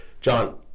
John